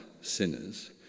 sinners